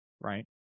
right